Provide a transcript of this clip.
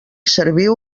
serviu